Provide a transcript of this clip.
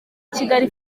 kigali